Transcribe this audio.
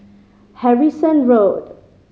Harrison Road